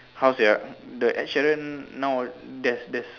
how to say ah the Ed Sheeran now there's there's